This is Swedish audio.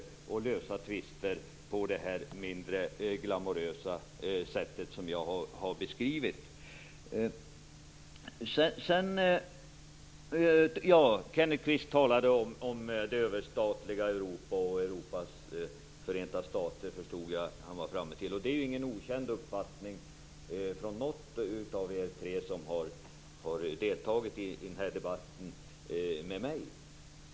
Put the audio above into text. På det viset kan man lösa konflikterna på det oglamorösa sätt som jag här har beskrivit. Kenneth Kvist talade om det överstatliga Europa och Europas förenta stater. Det är ju ingen okänd uppfattning hos någon av er tre som har deltagit i den här debatten med mig.